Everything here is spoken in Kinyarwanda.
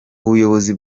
ubuyobozi